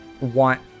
want